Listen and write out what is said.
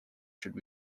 should